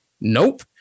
Nope